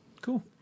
Cool